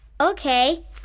Okay